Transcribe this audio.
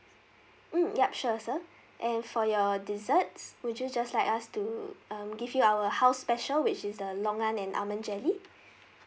mm yup sure sir and for your dessert would you just like us to um give you our house special which is the longan and almond jelly